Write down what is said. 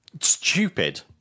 stupid